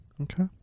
Okay